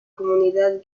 comunidad